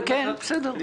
הרוב נמצא.